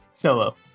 solo